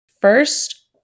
First